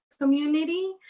community